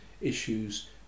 issues